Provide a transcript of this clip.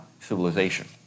civilization